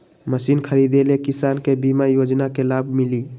Machine खरीदे ले किसान के बीमा योजना के लाभ मिली?